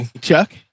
Chuck